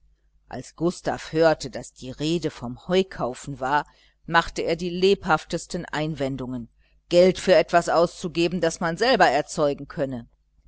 als gustav hörte daß die rede vom heukaufen war machte er die lebhaftesten einwendungen geld für etwas auszugeben das man selber erzeugen könne